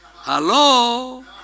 Hello